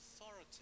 authority